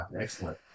excellent